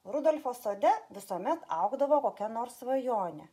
rudolfo sode visuomet augdavo kokia nors svajonė